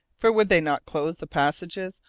for would they not close the passages,